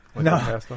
No